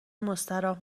مستراح